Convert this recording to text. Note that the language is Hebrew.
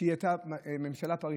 שהיא הייתה ממשלה פריטטית,